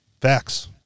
facts